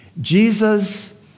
Jesus